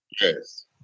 Yes